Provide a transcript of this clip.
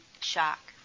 shock